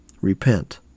Repent